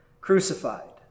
crucified